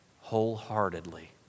Wholeheartedly